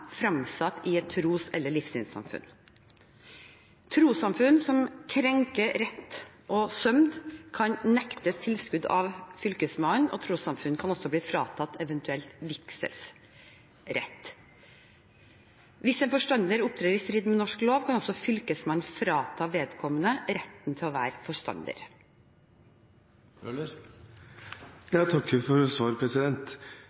fremsatt i et tros- eller livssynssamfunn. Trossamfunn som krenker «rett og sømd», kan nektes tilskudd av Fylkesmannen, og trossamfunn kan også bli fratatt en eventuell vigselsrett. Hvis en forstander opptrer i strid med norsk lov, kan også Fylkesmannen frata vedkommende retten til å være forstander.